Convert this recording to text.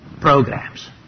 programs